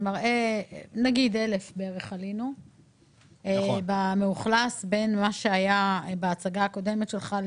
אני רואה שב-1,000 בערך עלינו מאז ההצגה הקודמת שלך.